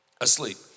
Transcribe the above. asleep